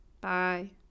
bye